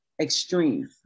extreme